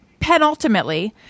penultimately